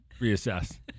reassess